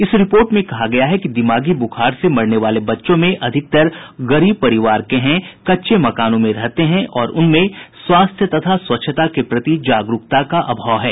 इस रिपोर्ट में कहा गया है कि दिमागी ब्रखार से मरने वाले बच्चों में अधिकतर गरीब परिवार के हैं कच्चे मकानों में रहते हैं और उनमें स्वास्थ्य तथा स्वच्छता के प्रति जागरूकता का अभाव है